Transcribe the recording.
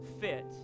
fit